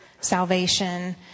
salvation